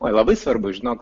oi labai svarbu žinok